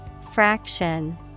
Fraction